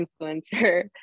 influencer